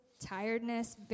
tiredness